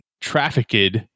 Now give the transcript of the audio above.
trafficked